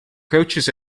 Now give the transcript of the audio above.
coaches